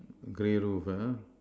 grey roof ah